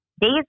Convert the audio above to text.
days